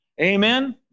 Amen